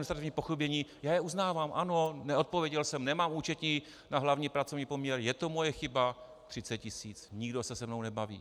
Já je uznávám, ano, neodpověděl jsem, nemám účetní na hlavní pracovní poměr, je to moje chyba, 30 tisíc, nikdo se se mnou nebaví.